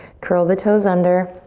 curl the toes under,